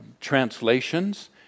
translations